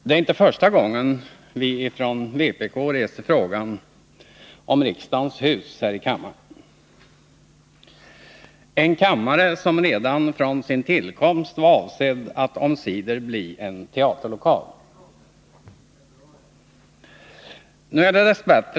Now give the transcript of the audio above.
Herr talman! Det är inte första gången vi från vpk här i kammaren, en kammare som redan vid sin tillkomst var avsedd att omsider bli en teaterlokal, reser frågan om riksdagens hus.